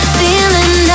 feeling